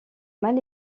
mal